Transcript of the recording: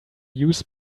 used